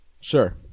Sure